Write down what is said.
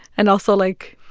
and also, like,